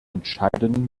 entscheiden